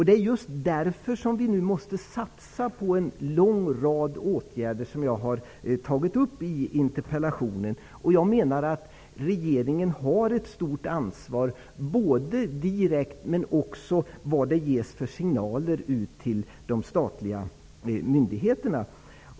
Det är ju just därför som vi nu måste satsa på en lång rad åtgärder som jag har tagit upp i interpellationen. Jag menar att regeringen har ett stort ansvar, både direkt och när det gäller de signaler som ges till de statliga myndigheterna.